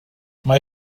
mae